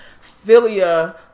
filia